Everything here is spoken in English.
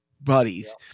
buddies